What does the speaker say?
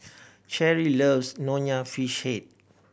Cherie loves Nonya Fish Head